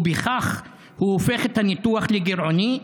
ובכך הופך הניתוח לגירעוני?